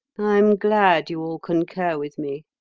i am glad you all concur with me,